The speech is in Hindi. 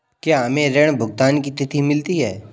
क्या हमें ऋण भुगतान की तिथि मिलती है?